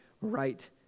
right